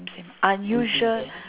unusual